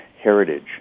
heritage